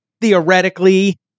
theoretically